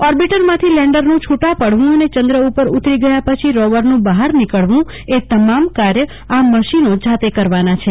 ઓબિટરમાંથી લેન્ડરન છૂટા પડવ અને ચંદ ઉપર ઉતરી ગયા પછી રોવરન બહાર નોકળ વું એ તમામ કામ આ મશીનો જાતે કરવાના છે